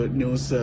news